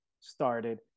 started